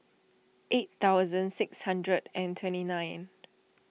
eight thousand six hundred and twenty nine